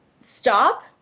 stop